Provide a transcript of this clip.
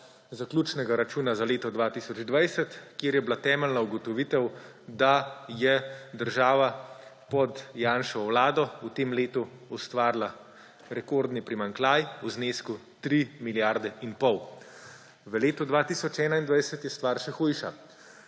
zaključnega računa za leto 2020, kjer je bila temeljna ugotovitev, da je država pod Janševo vlado v tem letu ustvarila rekordni primanjkljaj v znesku 3 milijarde in pol. V letu 2021 je stvar še hujša.